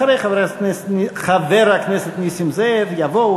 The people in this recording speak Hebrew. אחרי חבר הכנסת נסים זאב יבואו,